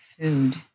food